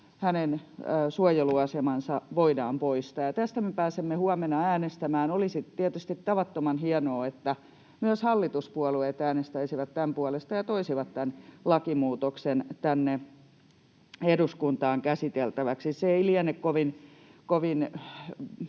suojeluasema voidaan poistaa. Ja tästä me pääsemme huomenna äänestämään. Olisi tietysti tavattoman hienoa, että myös hallituspuolueet äänestäisivät tämän puolesta ja toisivat tämän lakimuutoksen tänne eduskuntaan käsiteltäväksi. Se ei liene kovin